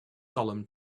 solemn